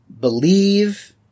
believe